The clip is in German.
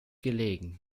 gelegen